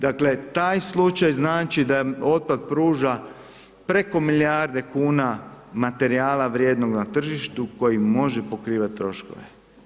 Dakle, taj slučaj znači da otpad pruža preko milijarde kuna materijala vrijednog na tržištu koji može pokrivat troškove.